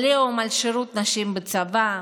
עליהום על שירות נשים בצבא,